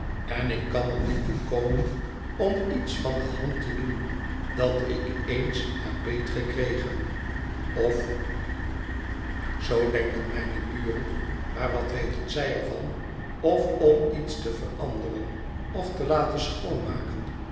en ik kan er niet toe komen om iets van de hand te doen dat ik eens heb beetgekregen of zoo denken mijne buren maar wat weten zij er van of om iets te veranderen of te laten